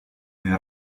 nel